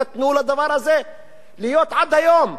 נתנו לדבר הזה להיות עד היום.